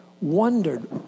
wondered